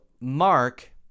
Mark